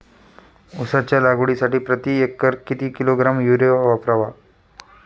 उसाच्या लागवडीसाठी प्रति एकर किती किलोग्रॅम युरिया वापरावा?